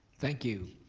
thank you.